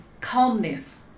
calmness